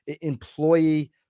employee